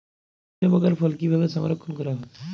বিভিন্ন প্রকার ফল কিভাবে সংরক্ষণ করা হয়?